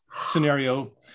scenario